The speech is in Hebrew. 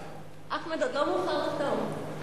אחמד, עוד לא מאוחר לחתום.